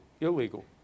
illegal